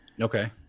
Okay